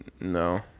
No